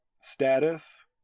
status